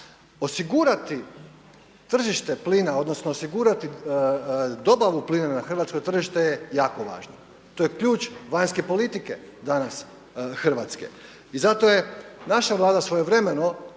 Osigurati tržište plina, odnosno osigurati dobavu plina na hrvatsko tržište je jako važno. To je ključ vanjske politike danas hrvatske. I zato je naša Vlada svojevremeno